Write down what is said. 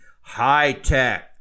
high-tech